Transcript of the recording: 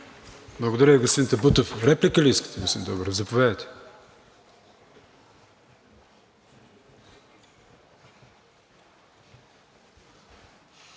Благодаря Ви, господин Табутов. Реплика ли искате, господин Добрев? Заповядайте.